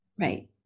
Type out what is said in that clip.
right